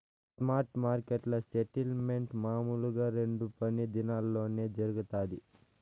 spot మార్కెట్ల settlement మామూలుగా రెండు పని దినాల్లోనే జరగతాది